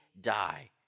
die